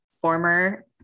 former